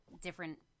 different